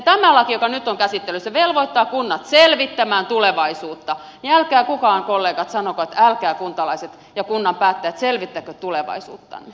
tämä laki joka nyt on käsittelyssä velvoittaa kunnat selvittämään tulevaisuutta niin älkää kukaan kollegat sanoko että älkää kuntalaiset ja kunnan päättäjät selvittäkö tulevaisuuttanne